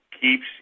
keeps